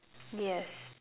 yes